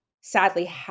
sadly